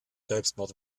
selbstmord